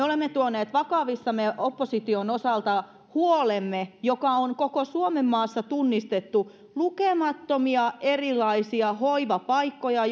olemme tuoneet vakavissamme opposition osalta esille huolemme joka on koko suomenmaassa tunnistettu on lukemattomia erilaisia hoivapaikkoja